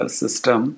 system